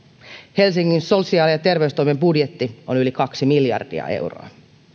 helsingin sosiaali ja terveystoimen budjetti on yli kaksi miljardia euroa